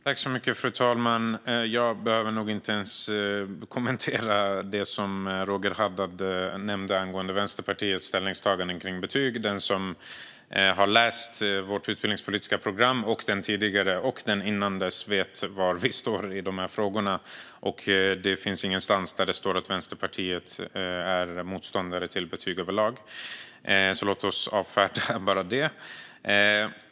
Fru talman! Jag behöver nog inte ens kommentera det som Roger Haddad nämnde angående Vänsterpartiets ställningstaganden kring betyg. Den som har läst vårt utbildningspolitiska program - och våra två föregående - vet var vi står i dessa frågor. Ingenstans står det att Vänsterpartiet är motståndare till betyg överlag, så låt oss avfärda detta.